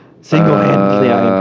Single-handedly